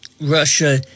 Russia